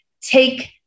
take